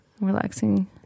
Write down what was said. relaxing